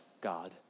God